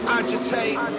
agitate